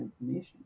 information